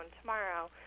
tomorrow